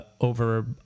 over